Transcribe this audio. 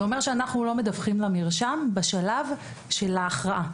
זה אומר שאנחנו לא מדווחים למרשם בשלב של ההכרעה.